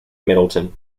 middleton